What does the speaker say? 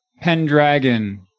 Pendragon